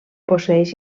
posseeix